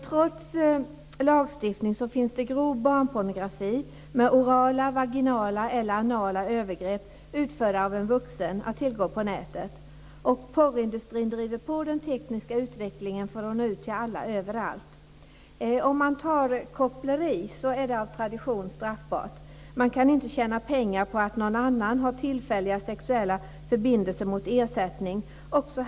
Trots lagstiftning finns det grov barnpornografi med orala, vaginala eller anala övergrepp utförda av en vuxen att tillgå på nätet. Porrindustrin driver på den tekniska utvecklingen för att nå ut till alla överallt. T.ex. koppleri är av tradition straffbart. Man får inte tjäna pengar på att någon "annan har tillfälliga sexuella förbindelser mot ersättning".